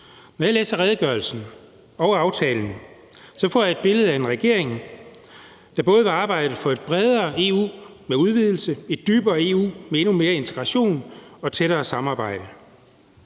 Når jeg læser redegørelsen og aftalen, får jeg et billede af en regering, der både vil arbejde for et bredere EU med udvidelse og et dybere EU med endnu mere integration og tættere samarbejde.